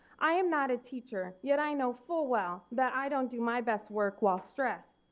i am not a teacher yet i know full well that i don't do my best work well stressed.